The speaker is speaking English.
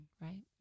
right